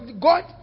God